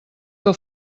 que